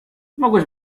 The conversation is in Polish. mogłeś